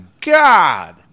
God